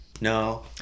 No